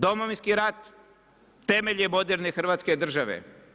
Domovinski rat temelj je moderne Hrvatske države.